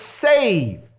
save